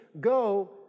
Go